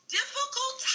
difficult